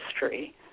history